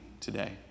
today